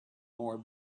more